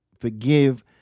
forgive